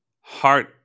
heart